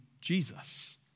Jesus